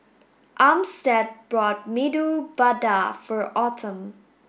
Armstead bought Medu Vada for Autumn